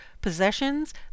possessions